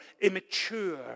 immature